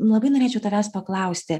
labai norėčiau tavęs paklausti